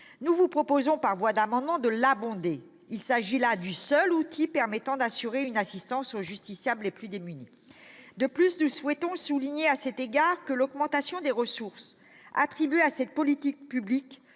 mes chers collègues, par voie d'amendement, de l'abonder. Il s'agit là du seul outil permettant d'assurer une assistance aux justiciables les plus démunis. À cet égard, nous souhaitons souligner que l'augmentation des ressources attribuées à cette politique publique